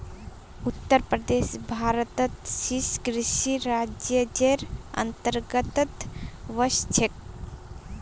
उत्तर प्रदेश भारतत शीर्ष कृषि राज्जेर अंतर्गतत वश छेक